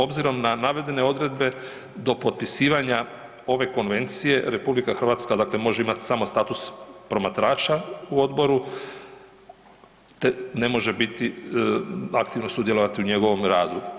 Obzirom na navedene odredbe, do potpisivanja ove konvencije RH dakle može imati samo status promatrača u Odboru te ne može biti, aktivno sudjelovati u njegovom radu.